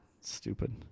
Stupid